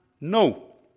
No